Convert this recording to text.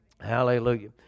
Hallelujah